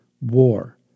war